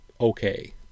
okay